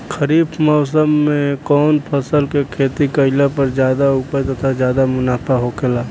खरीफ़ मौसम में कउन फसल के खेती कइला पर ज्यादा उपज तथा ज्यादा मुनाफा होखेला?